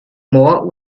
more